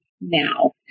now